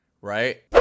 right